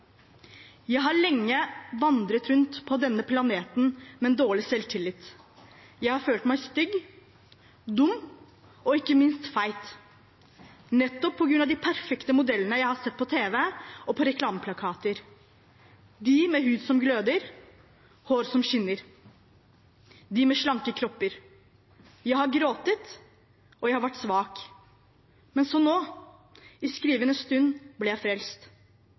Jeg har lenge vandret rundt på denne planeten med en dårlig selvtillit. Jeg har følt meg stygg, dum og ikke minst feit, nettopp på grunn av de perfekte modellene jeg har sett på tv og på reklameplakater, de med hud som gløder, hår som skinner, de med slanke kropper. Jeg har grått, og jeg har vært svak. Men nå, i skrivende stund, ble jeg frelst,